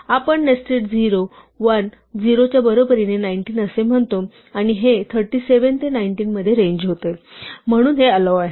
आपण नेस्टेड 0 1 0 च्या बरोबरीने 19 असे म्हणतो आणि हे 37 ते 19 मध्ये चेंज होते म्हणून हे ऑलॉव आहे